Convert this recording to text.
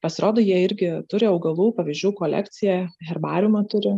pasirodo jie irgi turi augalų pavyzdžių kolekciją herbariumą turi